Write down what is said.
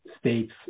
States